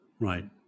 Right